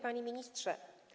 Panie Ministrze!